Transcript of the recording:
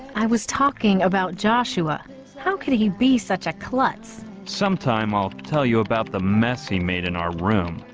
i was talking about joshua how could he be such a klutz some time off to tell you about the mess he made in our room?